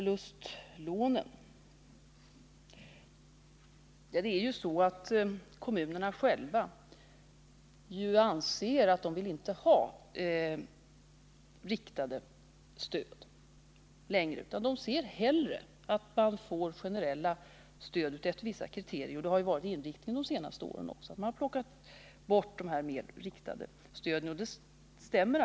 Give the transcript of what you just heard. Vad gäller frågan om hyresförlustlånen säger kommunerna själva att de inte vill ha riktade stöd längre. De ser hellre att generella stöd ges efter vissa kriterier. Inriktningen de senaste åren har också varit att dessa riktade stöd har tagits bort.